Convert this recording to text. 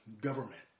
government